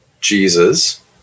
Jesus